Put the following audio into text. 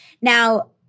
Now